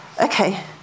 okay